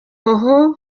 hose